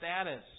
status